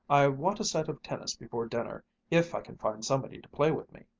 i want a set of tennis before dinner if i can find somebody to play with me.